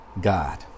God